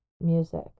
music